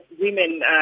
women